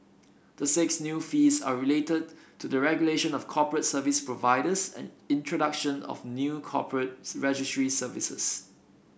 the six new fees are related to the regulation of corporate service providers and introduction of new corporate registry services